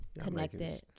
connected